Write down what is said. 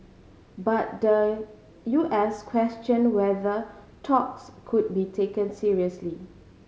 but the U S questioned whether talks could be taken seriously